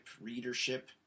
readership